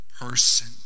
person